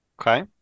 Okay